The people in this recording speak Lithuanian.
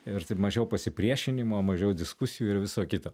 ir taip mažiau pasipriešinimo mažiau diskusijų ir viso kito